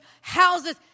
houses